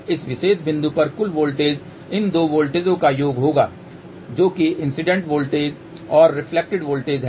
इस विशेष बिंदु पर कुल वोल्टेज इन दो वोल्टेजों का योग होगा जो कि इंसिडेंट वोल्टेज और रिफ्लेक्टेड वोल्टेज है